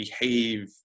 behave